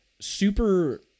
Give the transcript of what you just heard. super